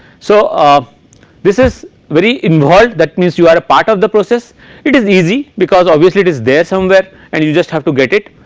so this this is very involved that means you are part of the process it is easy because obviously it is there somewhere and you just have to get it,